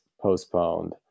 postponed